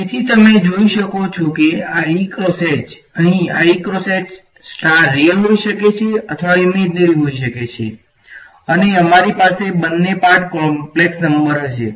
તેથી તમે જોઈ શકો છો કે આ E ક્રોસ H અહીં E cross H star real હોઈ શકે છે ઈમેજનરી હોઈ શકે છે અને અમારી પાસે બંને પાર્ટ કોમ્પ્લેક્ષ નંબર હશે